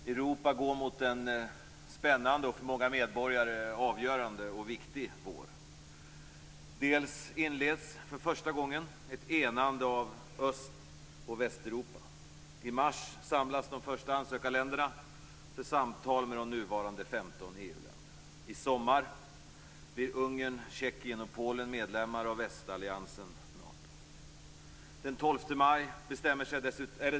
Herr talman! Europa går mot en spännande och för många medborgare avgörande och viktig vår. För första gången inleds ett enande av Öst och Västeuropa. I mars samlas de första ansökarländerna för samtal med de nuvarande 15 EU-länderna. I sommar blir Ungern, Tjeckien och Polen medlemmar av västalliansen Nato.